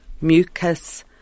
mucus